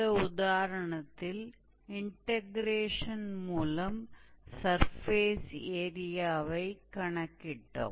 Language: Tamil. இந்த உதாரணத்தில் இன்டக்ரேஷன் மூலம் சர்ஃபேஸ் ஏரியாவை கணக்கிட்டோம்